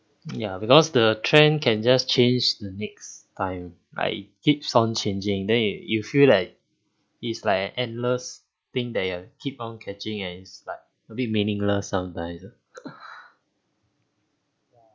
ya because the trend can just change the next time like keeps on changing then you you feel like it's like endless thing you'll keep on catching and it's like a bit meaningless sometimes ah